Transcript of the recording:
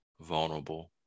vulnerable